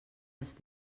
les